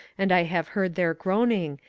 and i have heard their groaning,